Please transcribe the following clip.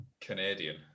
Canadian